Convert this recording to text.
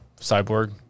Cyborg